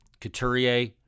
Couturier